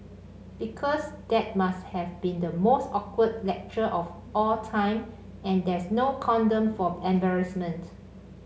because that must have been the most awkward lecture of all time and there's no condom for embarrassment